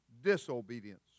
disobedience